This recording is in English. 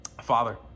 Father